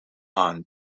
aan